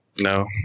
No